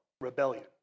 rebellion